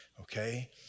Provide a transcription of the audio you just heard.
okay